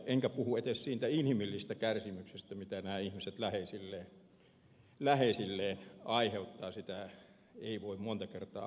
enkä puhu edes siitä inhimillisestä kärsimyksestä mitä nämä ihmiset läheisilleen aiheuttavat sitä ei monta kertaa voi mitata